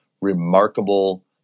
remarkable